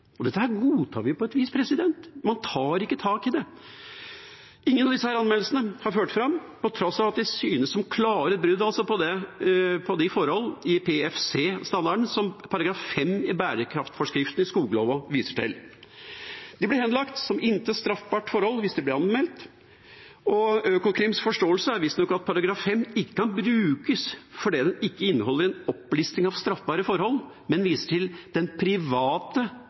Og dette godtar vi på et vis. Man tar ikke tak i det. Ingen av disse anmeldelsene har ført fram, på tross av at de synes som klare brudd på de forhold i PEFC-standarden som § 5 i bærekraftsforskriften i skogbruksloven viser til. De blir henlagt som intet straffbart forhold, hvis de blir anmeldt. Økokrims forståelse er visstnok at § 5 ikke kan brukes fordi den ikke inneholder en opplisting av straffbare forhold, men viser til den private